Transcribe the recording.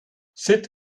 sitt